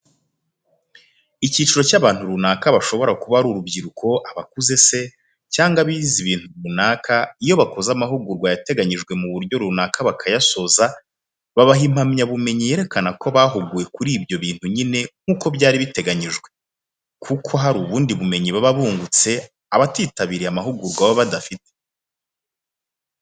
Icyiciro runaka cy'abantu, bashobora kuba ari urubyiruko, abakuze se, cyangwa abize ibintu runaka iyo bakoze amahugurwa yateganijwe mu buryo runaka bakayasoza babaha impamyabumenyi yerekana ko bahuguwe kuri byo bintu nyine nk'uko byari byateganijwe, kuko hari ubundi bumenyi baba bungutse abatitabiriye amahugurwa baba badafite.